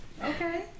Okay